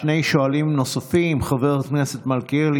שני שואלים נוספים: חבר הכנסת מלכיאלי,